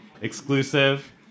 exclusive